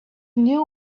knew